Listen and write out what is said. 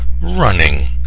running